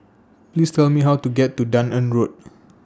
Please Tell Me How to get to Dunearn Road